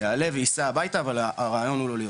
יעלה וייסע הביתה, אבל הרעיון הוא להיות שם.